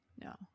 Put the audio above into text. No